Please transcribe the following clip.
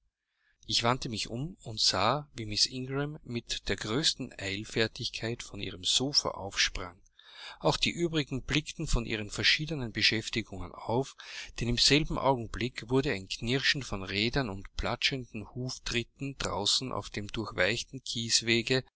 ich wandte mich um und sah wie miß ingram mit der größten eilfertigkeit von ihrem sofa aufsprang auch die übrigen blickten von ihren verschiedenen beschäftigungen auf denn im selben augenblick wurde ein knirschen von rädern und platschende huftritte draußen auf dem durchweichten